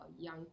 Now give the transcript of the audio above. young